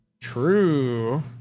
True